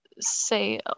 say